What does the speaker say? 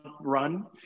run